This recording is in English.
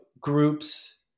groups